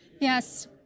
Yes